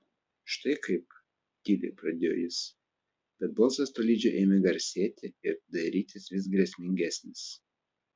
štai kaip tyliai pradėjo jis bet balsas tolydžio ėmė garsėti ir darytis vis grėsmingesnis